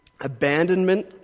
abandonment